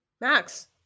Max